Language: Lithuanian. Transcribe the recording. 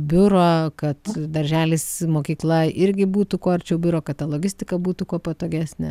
biuro kad darželis mokykla irgi būtų kuo arčiau biuro kad ta logistika būtų kuo patogesnė